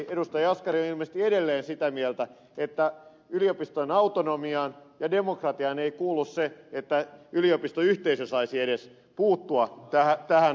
jaskari on ilmeisesti edelleen sitä mieltä että yliopistojen autonomiaan ja demokratiaan ei kuulu se että yliopistoyhteisö saisi edes puuttua tähän asiaan